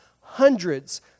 Hundreds